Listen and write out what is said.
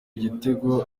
igitego